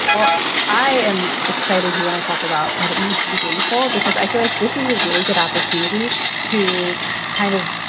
but i am excited you want to talk about what it means to be gameful because i feel like this is a really good opportunity to kind of